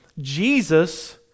Jesus